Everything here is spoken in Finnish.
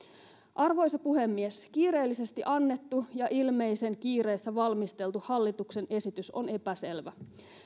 arvoisa puhemies kiireellisesti annettu ja ilmeisen kiireessä valmisteltu hallituksen esitys on epäselvä